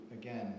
again